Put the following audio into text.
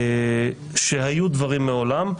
היו דברים מעולם,